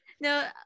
no